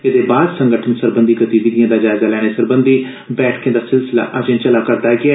एदे बाद संगठन सरबंधी गतिविधियें दा जायजा लैने सरबंधी बैठके दा सिलसिला अजे चलै करदा ऐ